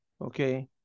okay